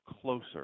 closer